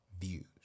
views